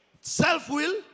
self-will